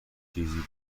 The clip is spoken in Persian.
چیزی